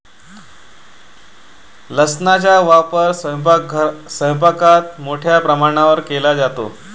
लसणाचा वापर स्वयंपाकात मोठ्या प्रमाणावर केला जातो